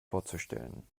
vorzustellen